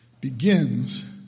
begins